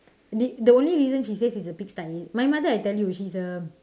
the the only reason she says it's a pig sty my mother I tell you she's a